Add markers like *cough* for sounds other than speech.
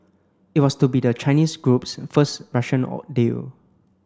it was to be the Chinese group's first Russian *hesitation* deal